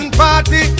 party